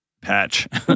patch